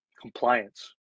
compliance